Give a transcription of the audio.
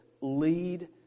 lead